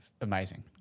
amazing